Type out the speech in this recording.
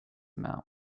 mouth